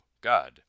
God